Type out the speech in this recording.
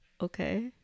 Okay